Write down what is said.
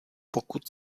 pokud